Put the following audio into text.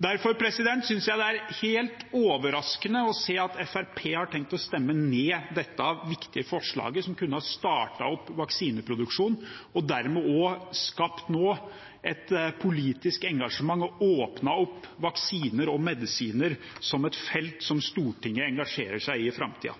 Derfor synes jeg det er overraskende å se at Fremskrittspartiet har tenkt å stemme ned dette viktige forslaget, som kunne ha startet opp vaksineproduksjon og dermed også nå skapt et politisk engasjement og åpnet opp for at vaksiner og medisiner er et felt som Stortinget engasjerer seg i i framtiden.